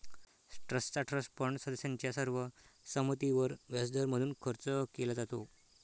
ट्रस्टचा trust fund सदस्यांच्या सर्व संमतीवर व्याजदर म्हणून खर्च केला जातो